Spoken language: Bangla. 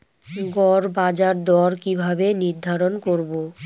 গড় বাজার দর কিভাবে নির্ধারণ করব?